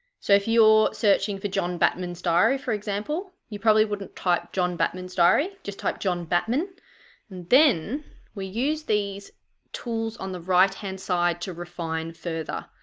so if you're searching for john batman's diary, for example, you probably wouldn't type john batman's diary just type john batman and then we use these tools on the right-hand side to refine further.